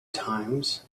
times